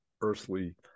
earthly